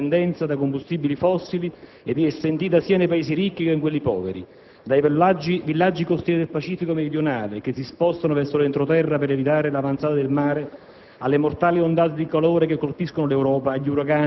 L'insicurezza climatica è direttamente collegata alla dipendenza da combustibili fossili ed è sentita sia nei Paesi ricchi che in quelli poveri: dai villaggi costieri del Pacifico meridionale che si spostano verso l'entroterra per evitare l'avanzata del mare,